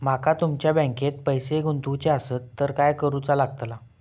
माका तुमच्या बँकेत पैसे गुंतवूचे आसत तर काय कारुचा लगतला?